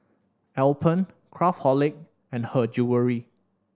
Alpen Craftholic and Her Jewellery